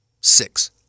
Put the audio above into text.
Six